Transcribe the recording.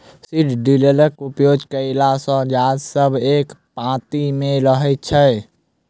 seed ड्रिलक उपयोग कयला सॅ गाछ सब एक पाँती मे रहैत छै